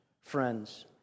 friends